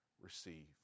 receive